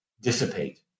dissipate